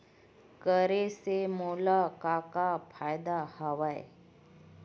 करे से मोला का का फ़ायदा हवय?